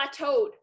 plateaued